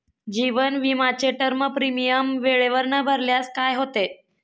जीवन विमाचे term premium वेळेवर न भरल्यास काय होते?